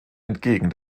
entgegen